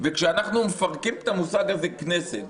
וכשאנחנו מפרקים את המושג הזה "כנסת",